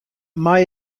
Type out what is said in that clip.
mei